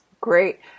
Great